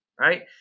right